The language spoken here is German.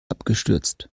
abgestürzt